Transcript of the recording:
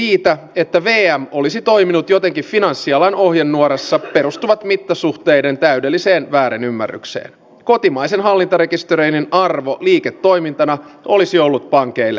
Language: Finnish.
oman käden oikeus on erittäin vaarallista lynkkaaminen on erittäin vaarallista ja sitä ilmiötä ei millään saa päästää syntymään